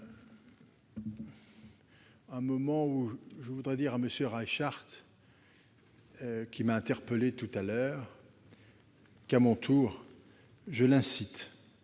corapporteur. Je veux dire à M. Reichardt, qui m'a interpellé tout à l'heure, qu'à mon tour je l'incite